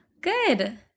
Good